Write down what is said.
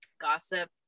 gossip